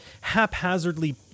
haphazardly